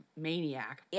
Maniac